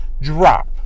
drop